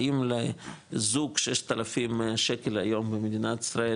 האם זוג 6,000 שקל היום במדינת ישראל